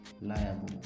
liable